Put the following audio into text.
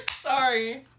Sorry